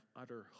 utter